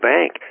Bank